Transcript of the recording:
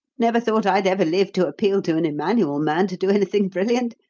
never thought i'd ever live to appeal to an emmanuel man to do anything brilliant.